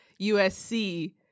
USC